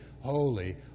holy